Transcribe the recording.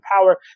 power